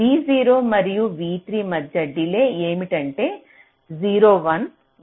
V0 మరియు v3 మధ్య delay ఏమిటంటే 0 1 1 2 2 3